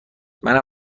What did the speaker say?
منم